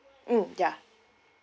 mm yeah